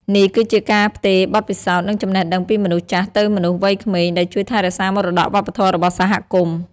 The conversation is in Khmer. នេះគឺជាការផ្ទេរបទពិសោធន៍ និងចំណេះដឹងពីមនុស្សចាស់ទៅមនុស្សវ័យក្មេង ដែលជួយថែរក្សាមរតកវប្បធម៌របស់សហគមន៍។